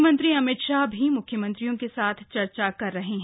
गृह मंत्री अमित शाह भी मुख्यमंत्रियों के साथ चर्चा कर रहे हैं